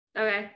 Okay